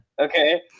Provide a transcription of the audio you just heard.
Okay